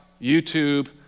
YouTube